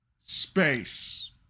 space